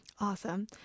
awesome